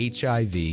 HIV-